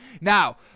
Now